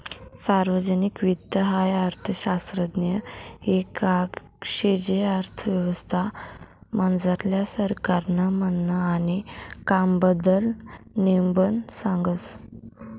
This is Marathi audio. सार्वजनिक वित्त हाई अर्थशास्त्रनं एक आंग शे जे अर्थव्यवस्था मझारलं सरकारनं म्हननं आणि कामबद्दल नेमबन सांगस